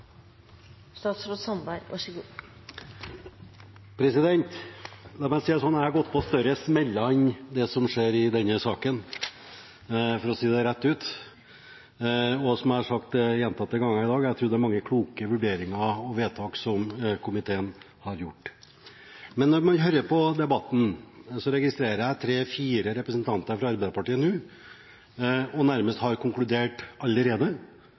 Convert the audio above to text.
La meg si det sånn: Jeg har gått på større smeller enn det som skjer i denne saken. For å si det rett ut, som jeg har sagt gjentatte ganger i dag, tror jeg det er mange kloke vurderinger og vedtak som komiteen har gjort. Men når jeg hører på debatten, registrerer jeg tre–fire representanter fra Arbeiderpartiet som nærmest har konkludert allerede